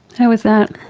was that?